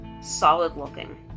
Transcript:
solid-looking